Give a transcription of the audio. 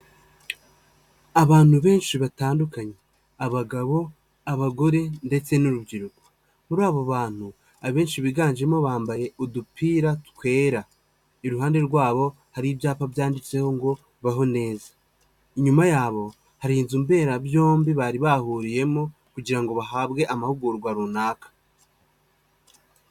Abantu benshi batandukanye, abagabo, abagore ndetse n'urubyiruko, muri abo bantu, abenshi biganjemo, bambaye udupira twera, iruhande rwabo hari ibyapa byanditseho ngo baho neza, inyuma yabo hari inzu mbera byombi, bari bahuriyemo kugira ngo bahabwe amahugurwa runaka.